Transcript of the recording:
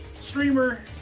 streamer